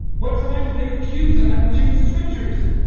what tribe did they accuse of having changed the scriptures?